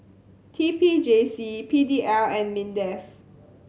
T P J C P D L and MINDEF